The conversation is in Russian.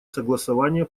согласования